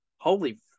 holy